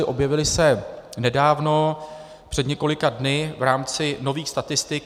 Objevila se nedávno před několika dny v rámci nových statistik.